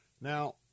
Now